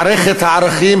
מערכת הערכים,